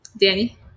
Danny